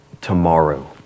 tomorrow